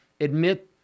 admit